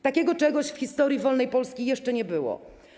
Takiego czegoś w historii wolnej Polski jeszcze nie było.